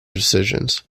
decisions